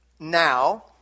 Now